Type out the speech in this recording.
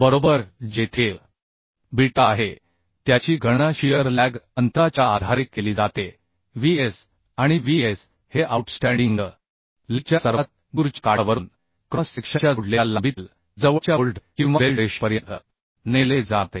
बरोबर जेथे बीटा आहे त्याची गणना शियर लॅग अंतराच्या आधारे केली जाते Vs आणि Vs हे आऊटस्टँडिंग लेग च्या सर्वात दूरच्या काठावरून क्रॉस सेक्शनच्या जोडलेल्या लांबीतील जवळच्या बोल्ट किंवा वेल्ड रेषेपर्यंत नेले जाते